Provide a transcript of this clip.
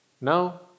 now